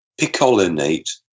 Picolinate